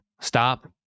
stop